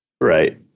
Right